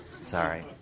Sorry